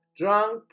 drunk